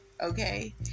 okay